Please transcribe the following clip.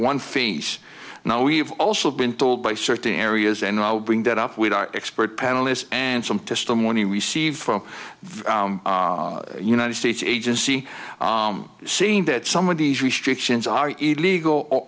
one face now we have also been told by certain areas and i'll bring that up with our expert panel is and some testimony received from the united states agency saying that some of these restrictions are illegal